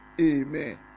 amen